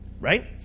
right